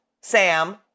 Sam